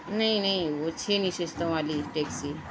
نہیں نہیں وہ چھ نشستوں والی ٹیکسی